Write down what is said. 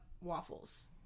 waffles